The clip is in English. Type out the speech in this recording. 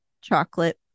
chocolate